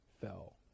fell